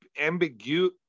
ambiguous